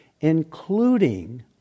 including